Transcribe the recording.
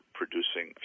producing